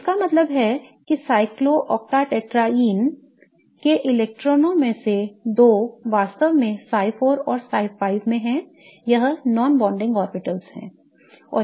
और इसका मतलब है कि साइक्लोएक्टेटेट्राईन के इलेक्ट्रॉनों में से दो वास्तव में psi 4 और psi 5 में हैं यह non bonding molecular orbitals हैं